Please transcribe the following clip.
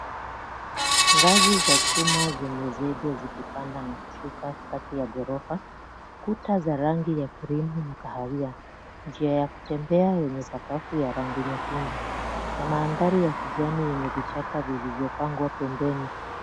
Ngazi za chuma zenye zege zikipanda na kushuka kati ya gorofa, kuta za rangi ya cream na kawia, njia ya kutembea yenye sakafu ya rangi nyekundu, na mandhari ya kijani yenye vichaka vilivyopangwa pembeni.